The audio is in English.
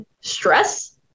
stress